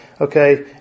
okay